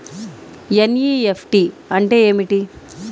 NEFT అంటే ఏమిటీ?